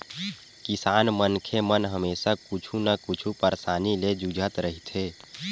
किसान मनखे मन हमेसा कुछु न कुछु परसानी ले जुझत रहिथे